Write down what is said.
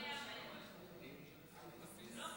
שלוש דקות לרשותך, בבקשה.